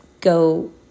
go